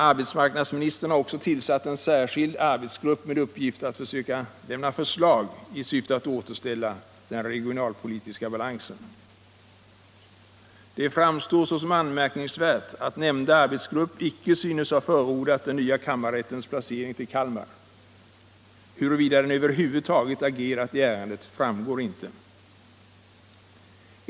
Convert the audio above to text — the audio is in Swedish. Arbetsmarknadsministern har också tillsatt en särskild arbetsgrupp med uppgift att lämna förslag i syfte att återställa den regionala balansen. Det framstår såsom anmärkningsvärt att nämnda arbetsgrupp icke synes ha förordat den nya kammarrättens placering i Kalmar. Huruvida gruppen över huvud taget agerat i ärendet framgår inte.